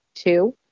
Two